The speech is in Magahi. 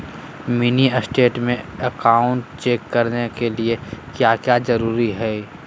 Mini statement account check करने के लिए क्या क्या जरूरी है?